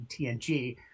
TNG